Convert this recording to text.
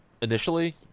initially